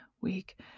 week